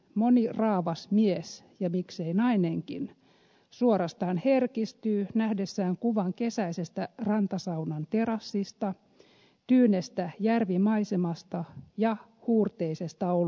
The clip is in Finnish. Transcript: moni raavas mies ja miksei nainenkin suorastaan herkistyy nähdessään kuvan kesäisestä rantasaunan terassista tyynestä järvimaisemasta ja huurteisesta oluesta